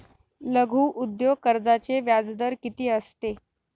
लघु उद्योग कर्जाचे व्याजदर किती असते?